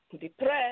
depressed